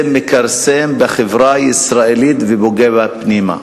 זה מכרסם בחברה הישראלית ופוגע בה פנימה.